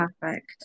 perfect